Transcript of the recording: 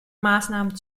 maßnahmen